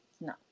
No